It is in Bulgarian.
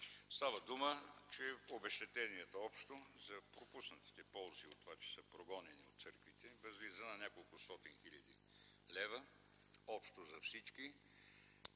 Става дума, че обезщетението общо за пропуснатите ползи от това, че са прогонени от църквите, възлиза на неколкостотин хиляди лева общо за всички